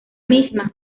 misma